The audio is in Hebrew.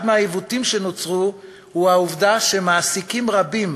אחד מהעיוותים שנוצרו הוא העובדה שמעסיקים רבים